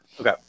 Okay